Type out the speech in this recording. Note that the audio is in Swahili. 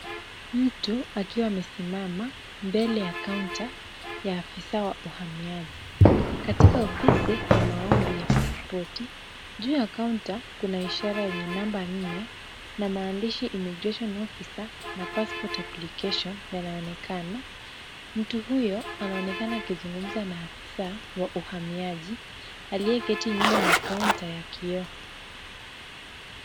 Mtu akiwa amesimama mbele ya kaunta ya afisa wa uhamiaji katika ofisi ya maombi ya pasipoti. Juu ya kaunta kuna ishara yenye namba nne na maandishi immigration officer na passport application yanaonekana. Mtu huyo anaonekana akizungumza na afisa wa uhamiaji aliyeketi nyuma ya kaunta ya kioo.